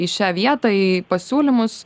į šią vietą į pasiūlymus